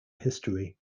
history